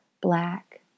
black